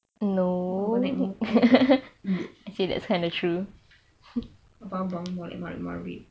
tak mungkin